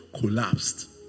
collapsed